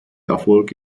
erfolg